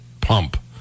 pump